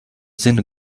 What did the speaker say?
zinu